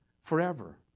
forever